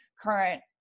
current